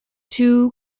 two